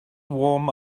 warm